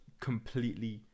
Completely